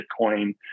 Bitcoin